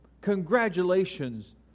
congratulations